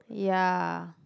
ya